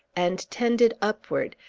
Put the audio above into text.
and tended upward,